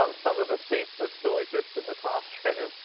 um some of the seats that still exist in the classroom.